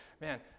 man